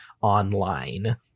online